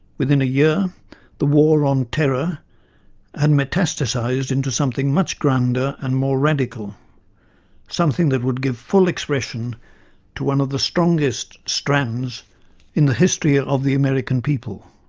within a year the war on terror had and metastasised into something much grander and more radical something that would give full expression to one of the strongest strands in the history of the american people